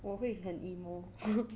我会很 emo